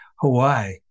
Hawaii